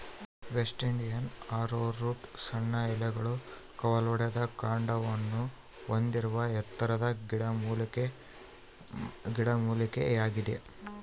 West Indian arrowroot ಸಣ್ಣ ಎಲೆಗಳು ಕವಲೊಡೆದ ಕಾಂಡವನ್ನು ಹೊಂದಿರುವ ಎತ್ತರದ ಗಿಡಮೂಲಿಕೆಯಾಗಿದೆ